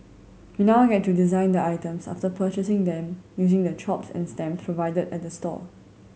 you now get to design the items after purchasing them using the chops and stamp provided at the store